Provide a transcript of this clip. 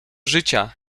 życia